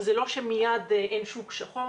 זה לא שמיד אין שוק שחור,